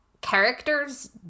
characters